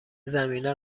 زمینه